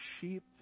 sheep